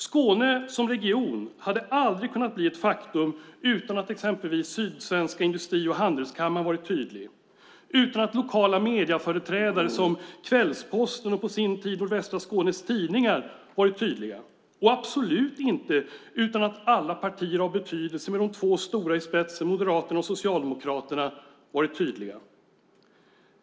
Skåne som region hade aldrig kunnat bli ett faktum utan att exempelvis Sydsvenska Industri och Handelskammaren varit tydlig, utan att lokala medieföreträdare som Kvällsposten och på sin tid Nordvästra Skånes Tidningar varit tydliga och absolut inte utan att alla partier av betydelse med de två stora i spetsen, Moderaterna och Socialdemokraterna, varit tydliga.